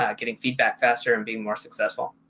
ah getting feedback faster and being more successful.